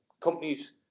companies